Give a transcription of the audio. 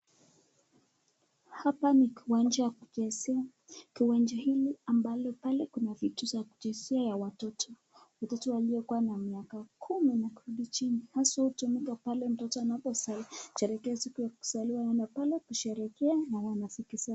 Hapa ni kiwanja ya kuchezea, kiwanja hili ambalo pale kuna vitu za kuchezea ya watoto. Mtoto aliyekuwa na miaka kumi na kurudi chini hasa hutumika pale mtoto anaposherekea siku ya kuzaliwa anaenda pale kusherekea na marafiki zake.